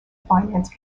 finance